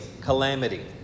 calamity